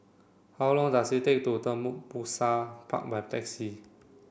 how long does it take to Tembusu Park my taxi